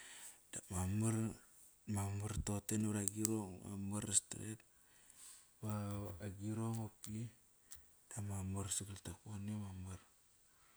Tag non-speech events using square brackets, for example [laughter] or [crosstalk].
Dap marmar, marmar atoqote ndvar agirong mamar stret [unintelligible] dama mar sagal takpone mamar.